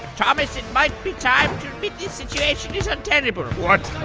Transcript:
thomas, it might be time to admit this situation is untenable what?